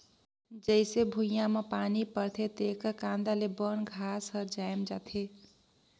जईसे भुइयां में पानी परथे तेकर कांदा ले बन घास हर जायम जाथे